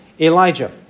Elijah